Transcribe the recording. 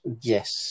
Yes